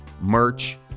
merch